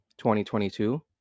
2022